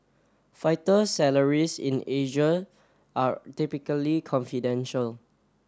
fighter salaries in Asia are typically confidential